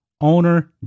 owner